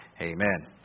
Amen